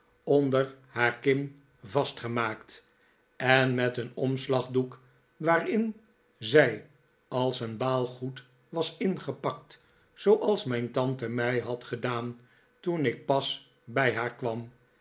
onder haar kin vastgemaakt en met een omslagdoek waarin zij als een baal goed was ingepakt zooals mijn tante mij had gedaan toen ik pas bij haar kwam